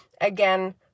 Again